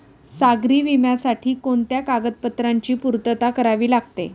सागरी विम्यासाठी कोणत्या कागदपत्रांची पूर्तता करावी लागते?